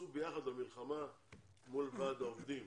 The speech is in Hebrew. ותצאו ביחד למלחמה מול ועד העובדים,